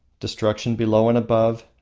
destruction below and above,